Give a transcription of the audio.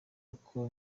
uko